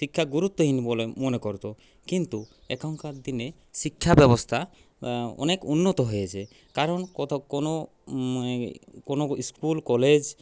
শিক্ষা গুরুত্বহীন বলে মনে করতো কিন্তু এখনকার দিনে শিক্ষা ব্যবস্থা অনেক উন্নত হয়েছে কারণ কতো কোনো কোনো স্কুল কলেজ